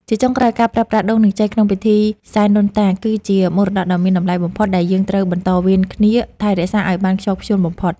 ជាចុងក្រោយការប្រើប្រាស់ដូង និងចេកក្នុងពិធីសែនដូនតា គឺជាមរតកដ៏មានតម្លៃបំផុតដែលយើងត្រូវបន្តវេនគ្នាថែរក្សាឱ្យបានខ្ជាប់ខ្ជួនបំផុត។